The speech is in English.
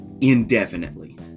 indefinitely